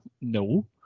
no